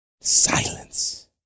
Silence